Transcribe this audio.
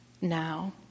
now